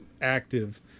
active